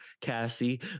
Cassie